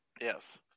yes